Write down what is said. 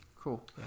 Cool